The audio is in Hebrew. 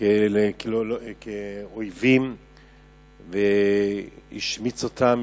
כאויבים והשמיץ אותם,